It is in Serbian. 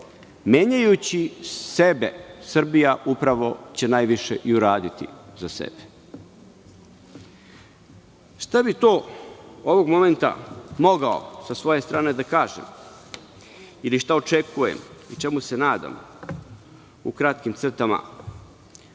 Menjajući sebe Srbija će upravo najviše i u raditi za sebe. Šta bi to ovog momenta mogao sa svoje strane da kažem, ili šta očekujem i čemu se nadam, u kratkim crtama,